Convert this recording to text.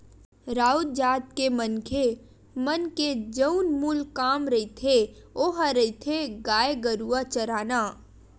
राउत जात के मनखे मन के जउन मूल काम रहिथे ओहा रहिथे गाय गरुवा चराना